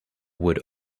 would